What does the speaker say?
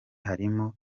harimo